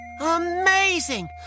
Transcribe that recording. Amazing